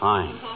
Fine